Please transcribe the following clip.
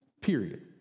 Period